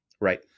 right